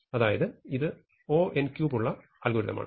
അതായത് ഇത് O ഉള്ള അൽഗോരിതമാണ്